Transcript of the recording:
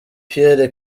pierre